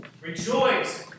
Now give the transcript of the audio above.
Rejoice